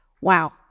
Wow